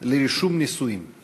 לרישום נישואים בחיפה.